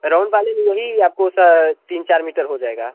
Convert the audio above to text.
round वाले में यही आपको सर तीन चार मीटर हो जाएगा